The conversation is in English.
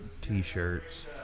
t-shirts